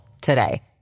today